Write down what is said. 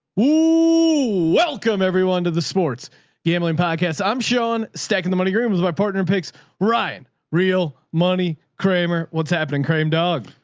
welcome everyone to the sports gambling podcast. i'm sean stacking. the money groomers is my partner picks ryan real money. kramer what's happening. cream dog.